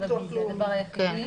הרוויזיה, הדבר היחידי.